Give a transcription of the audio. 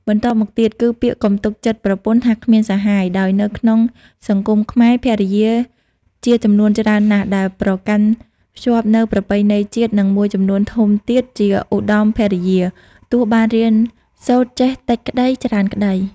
បន្ទាប់់មកទៀត គឺពាក្យកុំទុកចិត្តប្រពន្ធថាគ្មានសាហាយ ដោយនៅក្នុងសង្គមខ្មែរ ភរិយាជាចំនួនច្រើនណាស់ដែលប្រកាន់ខ្ជាប់នូវប្រពៃណីជាតិ និងមួយចំនួនធំទៀតជាឧត្ដមភរិយា ទោះបានរៀនសូត្រចេះតិចក្ដី ច្រើនក្ដី ។